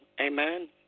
Amen